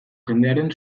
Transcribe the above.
jendearen